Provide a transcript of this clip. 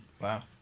Wow